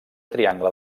triangle